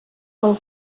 pel